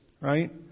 right